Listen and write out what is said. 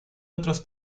otros